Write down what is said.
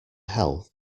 health